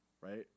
Right